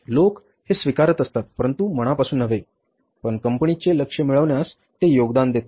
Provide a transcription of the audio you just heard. लोक हे स्वीकारत असतात परंतु मनापासून नव्हे पण कंपनीचे लक्ष्य मिळवण्यास ते योगदान देतात